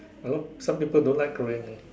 hello some people don't like Korean eh